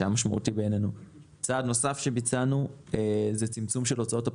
צעד נוסף שביצענו הוא צמצום של הוצאות הפרסום.